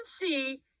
see